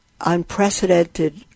unprecedented